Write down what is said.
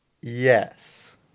Yes